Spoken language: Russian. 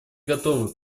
готовы